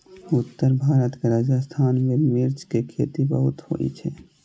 उत्तर भारत के राजस्थान मे मिर्च के खेती बहुत होइ छै